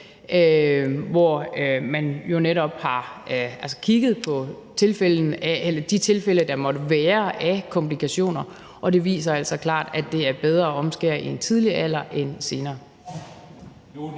hvor man jo netop har kigget på de tilfælde komplikationer, der måtte være, og det viser klart, at det er bedre at omskære i en tidlig alder end senere.